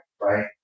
right